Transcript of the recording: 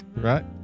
Right